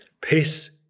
Peace